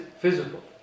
physical